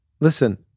listen